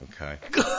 Okay